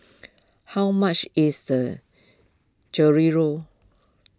how much is the Chorizo